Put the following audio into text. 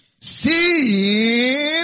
See